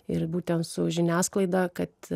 ir būtent su žiniasklaida kad